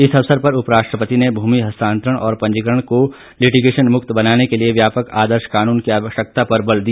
इस अवसर पर उपराष्ट्रपति ने भूमि हस्तांतरण और पंजीकरण को लिटिगेशन मुक्त बनाने के लिए व्यापक आदर्श कानून की आवश्यकता पर बल दिया